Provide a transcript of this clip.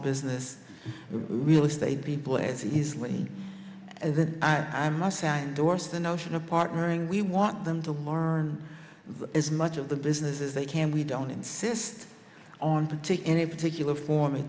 business real estate people as easily as if i myself and doris the notion of partnering we want them to learn as much of the business as they can we don't insist on to take any particular form